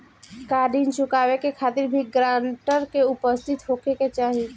का ऋण चुकावे के खातिर भी ग्रानटर के उपस्थित होखे के चाही?